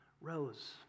Rose